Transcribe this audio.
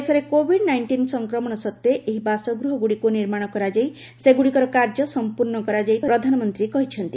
ଦେଶରେ କୋବିଡ୍ ନାଇଷ୍ଟିନ୍ ସଂକ୍ରମଣ ସତ୍ତ୍ୱେ ଏହି ବାସଗୃହଗୁଡ଼ିକୁ ନିର୍ମାଣ କରାଯାଇ ସେଗୁଡ଼ିକର କାର୍ଯ୍ୟ ସମ୍ପର୍ଣ୍ଣ କରାଯାଇଥିବାର ପ୍ରଧାନମନ୍ତ୍ରୀ ଜଣାଇଛନ୍ତି